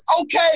okay